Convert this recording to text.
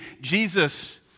Jesus